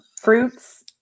Fruits